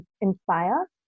inspire